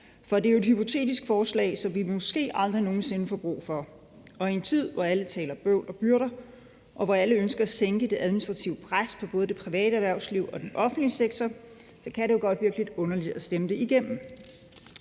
for det er jo et hypotetisk forslag, som vi måske aldrig nogen sinde får brug for, og i en tid, hvor alle taler om bøvl og byrder, og hvor alle ønsker at sænke det administrative pres på både det private erhvervsliv og den offentlige sektor, kan det godt virke lidt underligt at stemme det igennem.